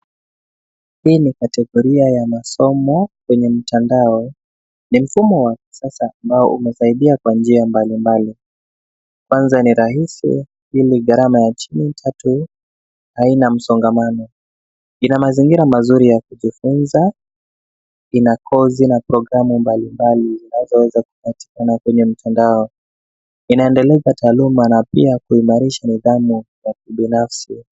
Hii ni kategoria ya masomo kwenye mtandao, ni mfumo wa kisasa na umesaidia kwa njia mbalimbali, kwanza ni rahisi, pili gharama ya chini, tatu haina msongamano. Ina mazingira mazuri ya kujifunza, ina kozi na programu mbalimbali zinazo weza kupatikana kwenye mitandao. Inaendeleza taaluma na pia kuimarisha nidhamu ya kibinafsi.